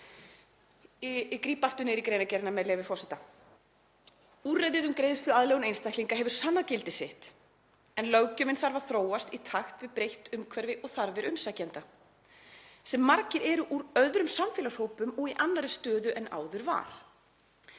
Ég gríp aftur niður í greinargerðina, með leyfi forseta: „Úrræðið um greiðsluaðlögun einstaklinga hefur sannað gildi sitt en löggjöfin þarf að þróast í takt við breytt umhverfi og þarfir umsækjenda, sem margir eru úr öðrum samfélagshópum og í annarri stöðu en áður var.